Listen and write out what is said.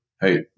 hey